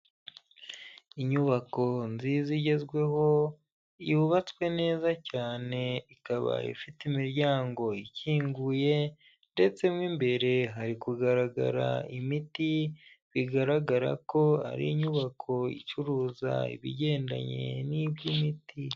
Inyubako nziza igezweho yubatswe neza cyane, ikaba ifite imiryango ikinguye ndetse mo imbere hari kugaragara imiti bigaragara ko ari inyubako icuruza ibigendanye n'iby'imiti.